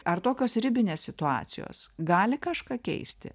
ar tokios ribinės situacijos gali kažką keisti